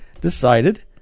decided